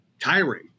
tiring